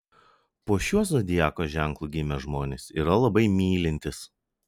po šiuo zodiako ženklu gimę žmonės yra labai mylintys